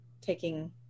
taking